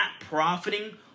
profiting